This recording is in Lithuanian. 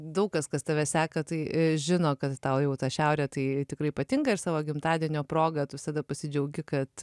daug kas kas tave seka tai žino kad tau jau ta šiaurė tai tikrai ypatinga ir savo gimtadienio proga tu visada pasidžiaugi kad